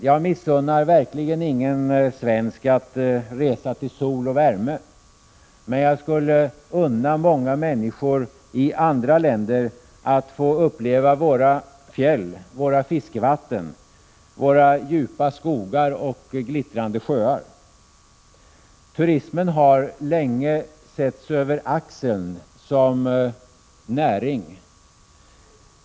Jag missunnar verkligen ingen svensk att resa till sol och värme, men jag skulle unna många människor i andra länder att få uppleva våra fjäll, våra fiskevatten, våra djupa skogar och glittrande sjöar. Turismen har länge setts över axeln som näring.